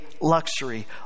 luxury